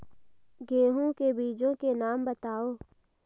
गेहूँ के बीजों के नाम बताओ?